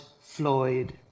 Floyd